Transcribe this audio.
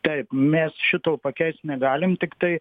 taip mes šito pakeist negalim tiktai